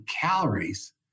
calories